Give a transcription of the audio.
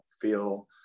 feel